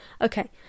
Okay